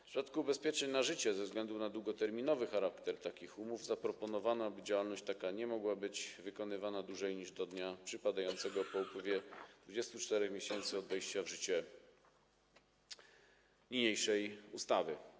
W przypadku ubezpieczeń na życie ze względu na długoterminowy charakter takich umów zaproponowano, aby działalność taka nie mogła być wykonywana dłużej niż do dnia przypadającego po upływie 24 miesięcy od dnia wejścia w życie niniejszej ustawy.